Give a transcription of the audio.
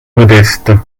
modestes